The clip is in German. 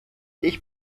ich